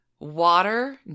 Water